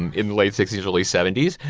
and in the late sixty s early seventy s.